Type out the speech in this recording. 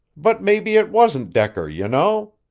but maybe it wasn't decker, you know.